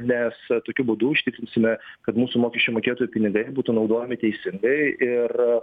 nes tokiu būdu užtikrinsime kad mūsų mokesčių mokėtojų pinigai būtų naudojami teisingai ir